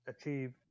achieve